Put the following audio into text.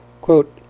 Quote